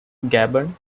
gabon